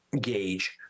gauge